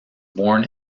born